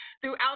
throughout